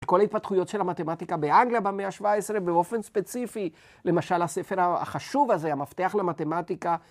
כל ההתפתחויות של המתמטיקה באנגליה במאה השבע עשרה באופן ספציפי למשל הספר החשוב הזה המפתח למתמטיקה